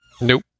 Nope